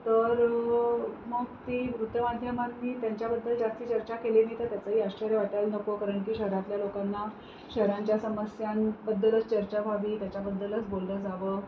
तर मग ती वृत्तमाध्यमांनी त्यांच्याबद्दल जास्त चर्चा केलेली तर त्याचही आश्चर्य वाटायला नको कारण की शहरातल्या लोकांना शहरांच्या समस्यांबद्दलच चर्चा व्हावी त्याच्याबद्दलच बोललं जावं